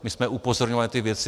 My jsme upozorňovali na ty věci.